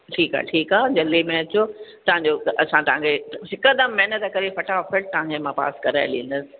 ठीक आहे ठीक आहे जल्दी में अचो तव्हांजो असां तव्हांखे हिकदमि मेहनत करे फटाफटि तव्हांजो मां पास कराए ॾींदुसि